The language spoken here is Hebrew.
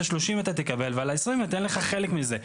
את ה-30% אתה תקבל ועל ה-20% ניתן לך חלק מזה.